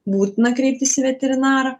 būtina kreiptis į veterinarą